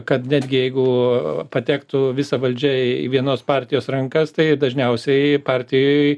kad netgi jeigu patektų visa valdžia į vienos partijos rankas tai dažniausiai partijoj